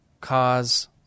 cause